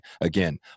again